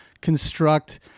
construct